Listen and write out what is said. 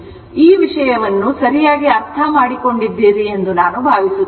ಆದ್ದರಿಂದ ಈ ವಿಷಯವನ್ನು ಸರಿಯಾಗಿ ಅರ್ಥಮಾಡಿಕೊಂಡಿದ್ದೀರಿ ಎಂದು ನಾನು ಭಾವಿಸುತ್ತೇನೆ